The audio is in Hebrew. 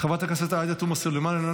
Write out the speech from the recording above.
חברת הכנסת עאידה תומא סלימאן,